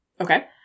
Okay